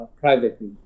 privately